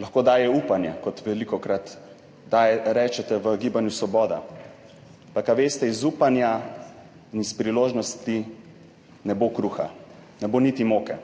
Lahko daje upanje, kot velikokrat rečete v Gibanju Svoboda. Ampak a veste, iz upanja in iz priložnosti ne bo kruha, ne bo niti moke.